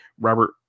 Robert